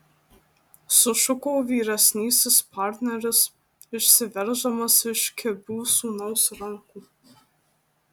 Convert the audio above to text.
sušuko vyresnysis partneris išsiverždamas iš kibių sūnaus rankų